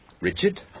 Richard